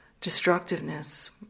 destructiveness